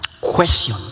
Question